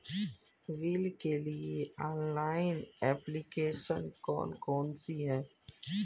Bill के लिए online application कौन कौन सी हैं?